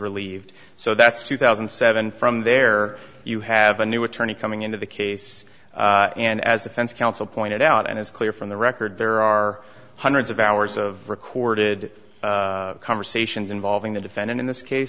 relieved so that's two thousand and seven from there you have a new attorney coming into the case and as defense counsel pointed out and it's clear from the record there are hundreds of hours of recorded conversations involving the defendant in this case